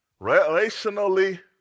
relationally